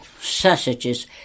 sausages